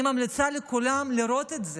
אני ממליצה לכולם לראות את זה.